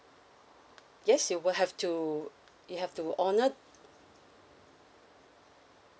yes you will have to you have to